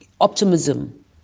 optimism